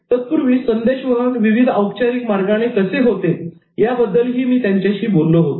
तत्पूर्वी संदेशवहन विविध औपचारिक मार्गाने कसे होते याबद्दलही मी त्यांच्याशी बोललो होतो